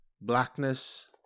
blackness